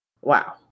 Wow